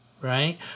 right